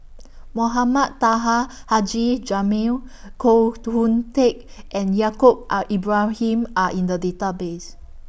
Mohamed Taha Haji Jamil Koh Hoon Teck and Yaacob Are Ibrahim Are in The Database